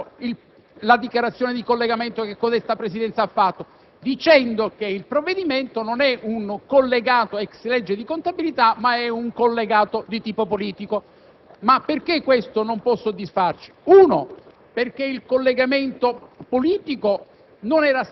finanziaria. La Commissione bilancio ha aggirato la dichiarazione di collegamento che codesta Presidenza ha fatto, dicendo che il provvedimento non è un collegato *ex lege* di contabilità, ma è un collegato di tipo politico. Ma perché questo non può soddisfarci?